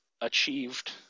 achieved